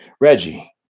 Reggie